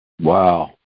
Wow